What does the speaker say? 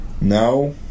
Now